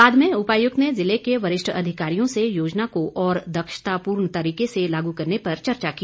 बाद में उपायुक्त ने जिले के वरिष्ठ अधिकारियों से योजना को और दक्षतापूर्ण तरीके से लागू करने पर चर्चा की